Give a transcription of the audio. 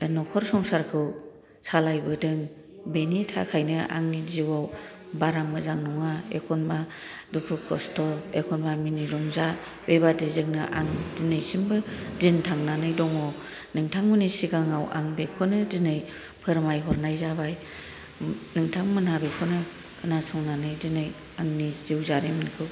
न'खर संसारखौ सालाय बोदों बिनि थाखायनो आंनि जिउआव बारा मोजां नङा एखनबा दुखु खस्ट' एखनबा मिनि रंजा बे बायदिजोंनो आङो दिनैसिमबो दिन थांनानै दङ' नोंथांमोननि सिगाङाव आं बेखौनो दिनै फोरमायहरनाय जाबाय नोंथांमोनहा बेखौनो खोनासंनानै दिनै आंनि जिउ जारिमिनखौ